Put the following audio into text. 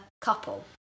couple